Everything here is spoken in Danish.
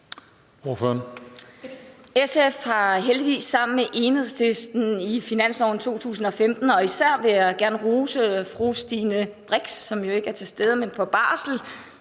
SF har heldigvis sammen med Enhedslisten i finansloven for 2015, og især vil jeg gerne rose fru Stine Brix – som jo ikke er til stede, men på barsel,